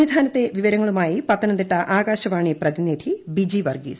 സന്നിധാനത്തെ പ്രി പിവരങ്ങളുമായി പത്തനംതിട്ട ആകാശവാണി പ്രതിനിധി ബിജി വർഗീസ്